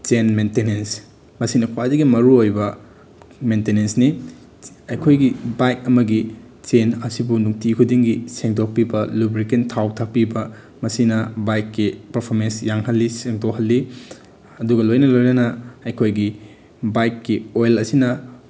ꯆꯦꯟ ꯃꯦꯟꯇꯦꯅꯦꯟꯁ ꯃꯁꯤꯅ ꯈ꯭ꯋꯥꯏꯗꯒꯤ ꯃꯔꯨꯑꯣꯏꯕ ꯃꯦꯟꯇꯦꯅꯦꯟꯁꯅꯤ ꯑꯩꯈꯣꯏꯒꯤ ꯕꯥꯏꯛ ꯑꯃꯒꯤ ꯆꯦꯟ ꯑꯁꯤꯕꯨ ꯅꯨꯡꯇꯤ ꯈꯨꯗꯤꯡꯒꯤ ꯁꯦꯡꯗꯣꯛꯄꯤꯕ ꯂꯨꯕ꯭ꯔꯤꯀꯦꯟ ꯊꯥꯎ ꯊꯥꯛꯄꯤꯕ ꯃꯁꯤꯅ ꯕꯥꯏꯛꯀꯤ ꯄꯥꯔꯐꯣꯔꯃꯦꯟꯁ ꯌꯥꯡꯍꯜꯂꯤ ꯁꯦꯡꯗꯣꯛꯍꯜꯂꯤ ꯑꯗꯨꯒ ꯂꯣꯏꯅ ꯂꯣꯏꯅꯅ ꯑꯩꯈꯣꯏꯒꯤ ꯕꯥꯏꯛꯀꯤ ꯑꯣꯏꯜ ꯑꯁꯤꯅ